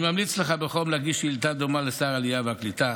אני ממליץ לך בחום להגיש שאילתה דומה לשר העלייה והקליטה,